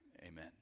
amen